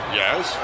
yes